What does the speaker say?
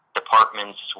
departments